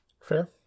Fair